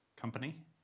company